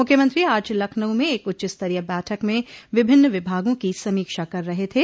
मुख्यमंत्री आज लखनऊ में एक उच्चस्तरीय बैठक में विभिन्न विभागों की समीक्षा कर रहे थे